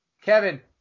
Kevin